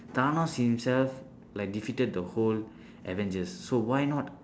thanos himself like defeated the whole avengers so why not